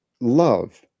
love